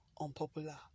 unpopular